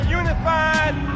unified